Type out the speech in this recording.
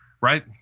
Right